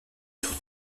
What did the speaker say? sur